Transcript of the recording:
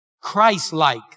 Christ-like